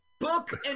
book